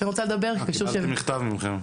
קיבלתי מכתב מכם.